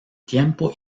tiempo